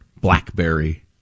Blackberry